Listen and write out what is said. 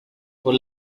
por